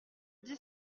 dix